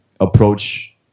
approach